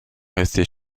rester